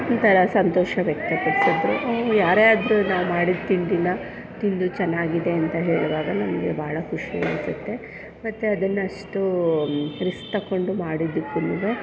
ಒಂಥರ ಸಂತೋಷ ವ್ಯಕ್ತಪಡ್ಸಿದ್ರು ಹ್ಞೂಂ ಯಾರೇ ಆದ್ರೂ ನಾವು ಮಾಡಿದ ತಿಂಡಿನ ತಿಂದು ಚೆನ್ನಾಗಿದೆ ಅಂತ ಹೇಳುವಾಗ ನಮಗೆ ಭಾಳ ಖುಷಿ ಅನ್ಸುತ್ತೆ ಮತ್ತು ಅದನ್ನು ಅಷ್ಟು ರಿಸ್ಕ್ ತಗೊಂಡು ಮಾಡಿದ್ದಕ್ಕೂ